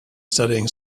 studying